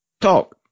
talk